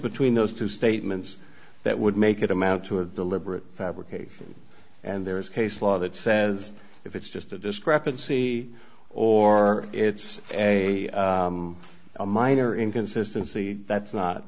between those two statements that would make it amount to a deliberate fabrication and there is case law that says if it's just a discrepancy or it's a minor inconsistency that's not